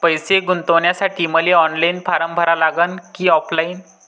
पैसे गुंतन्यासाठी मले ऑनलाईन फारम भरा लागन की ऑफलाईन?